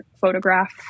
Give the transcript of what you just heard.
photograph